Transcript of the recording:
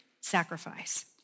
sacrifice